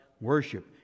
Worship